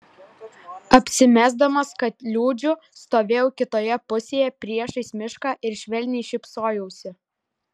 apsimesdamas kad liūdžiu stovėjau kitoje pusėje priešais mišką ir švelniai šypsojausi